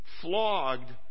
flogged